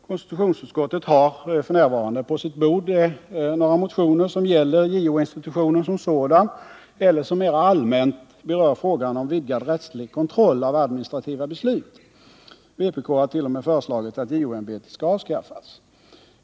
Konstitutionsutskottet har f. n. på sitt bord några motioner, som gäller JO-institutionen som sådan eller som mera allmänt berör frågan om vidgad rättslig kontroll av administrativa beslut. Vpk hart.o.m. föreslagit att JO-ämbetet skall avskaffas.